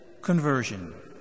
conversion